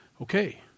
okay